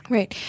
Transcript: Right